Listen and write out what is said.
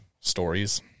stories